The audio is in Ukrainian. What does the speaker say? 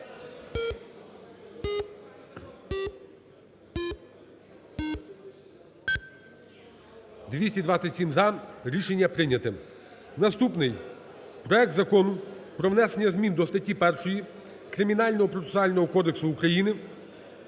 За-227 Рішення прийнято. Наступний. Проект Закону про внесення змін до статті 1 Кримінального процесуального кодексу України